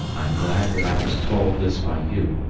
i am glad that i was told this by you,